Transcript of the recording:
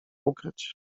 ukryć